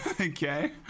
Okay